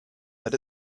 that